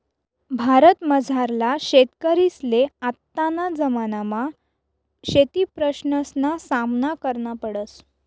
भारतमझारला शेतकरीसले आत्तेना जमानामा शेतीप्रश्नसना सामना करना पडस